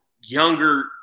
younger